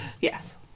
Yes